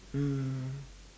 mm